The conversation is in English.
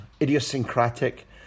idiosyncratic